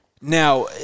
Now